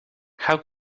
how